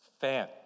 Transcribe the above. fan